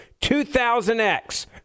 2000X